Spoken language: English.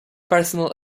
personal